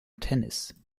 tennis